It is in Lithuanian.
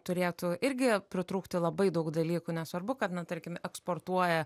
turėtų irgi pritrūkti labai daug dalykų nesvarbu kad na tarkim eksportuoja